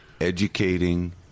educating